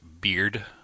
Beard